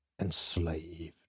enslaved